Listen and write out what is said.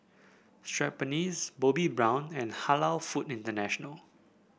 Schweppes Bobbi Brown and Halal Food International